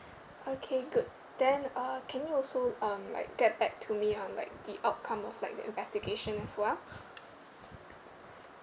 okay good then uh can you also um like get back to me on like the outcome of like the investigation as well